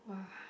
!wah!